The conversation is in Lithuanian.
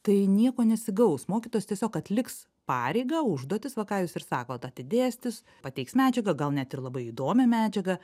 tai nieko nesigaus mokytojas tiesiog atliks pareigą užduotis va ką jūs ir sakot atidėstys pateiks medžiagą gal net ir labai įdomią medžiagą